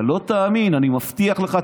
אתה לא תאמין, אני מבטיח לך.